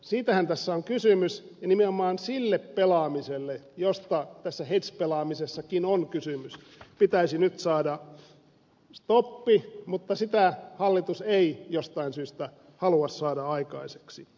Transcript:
siitähän tässä on kysymys ja nimenomaan sille pelaamiselle josta tässä hedge pelaamisessakin on kysymys pitäisi nyt saada stoppi mutta sitä hallitus ei jostain syystä halua saada aikaiseksi